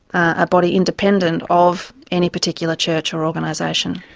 a body independent of any particular church or organisation.